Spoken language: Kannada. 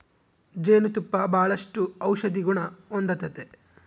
ಜೇನು ತುಪ್ಪ ಬಾಳಷ್ಟು ಔಷದಿಗುಣ ಹೊಂದತತೆ